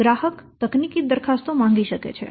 ગ્રાહક તકનીકી દરખાસ્તો માંગી શકે છે